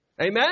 Amen